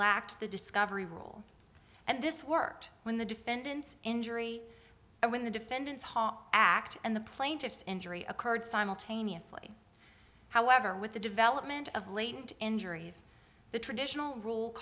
lacked the discovery rule and this worked when the defendants injury when the defendants hall act and the plaintiff's injury occurred simultaneously however with the development of latent injuries the traditional rule